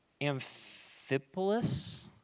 Amphipolis